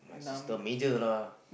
it's the middle lah